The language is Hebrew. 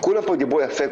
כולם דיברו פה יפה,